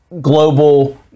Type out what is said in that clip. global